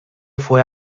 fue